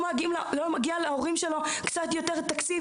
האם לא מגיע להורים שלו קצת יותר תקציב